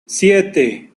siete